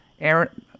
Aaron